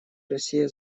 россия